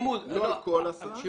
לא על כל הסעה.